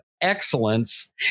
Excellence